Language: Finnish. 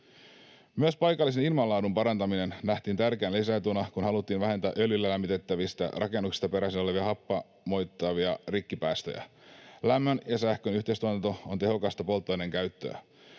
Myös paikallisen ilmanlaadun parantaminen nähtiin tärkeänä lisäetuna, kun haluttiin vähentää öljyllä lämmitettävistä rakennuksista peräisin olevia happamoittavia rikkipäästöjä. Lämmön ja sähkön yhteistuotanto on tehokasta polttoaineen käyttöä.